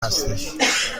هستش